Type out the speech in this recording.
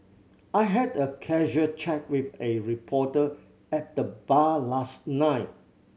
I had a casual chat with a reporter at the bar last night